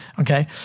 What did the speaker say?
Okay